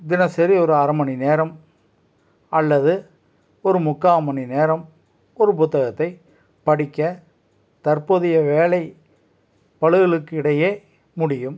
தினசரி ஒரு அரைமணிநேரம் அல்லது ஒரு முக்கால்மணிநேரம் ஒரு புத்தகத்தை படிக்க தற்போதைய வேலை பளுக்களுக்கிடையே முடியும்